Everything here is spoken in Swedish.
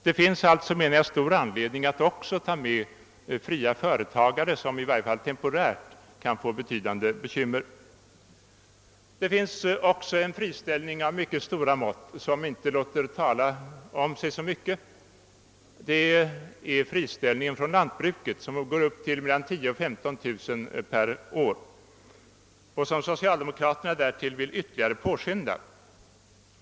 Det finns därför stor anledning att inrikta stödverksamheten inte bara på friställda löntagare utan också på småföretagare, som i varje fall temporärt kan komma i ett besvärligt ekonomiskt läge. Vidare förekommer det en friställning av mycket stora mått, vilken inte låter tala om sig så mycket. Jag tänker då på friställningen i lantbruket. Den uppgår nu till 10 000—15 000 per år, och den utvecklingen vill socialdemokraterna påskynda ytterligare.